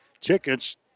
Tickets